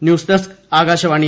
news desk Akashvani